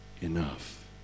enough